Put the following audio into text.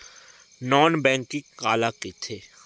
Non banking काला कइथे?